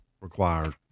required